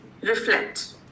reflect